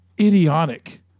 idiotic